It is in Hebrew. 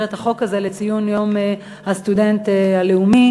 את החוק הזה לציון יום הסטודנט הלאומי,